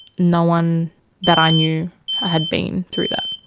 no one that i knew had been through that.